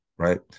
Right